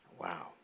Wow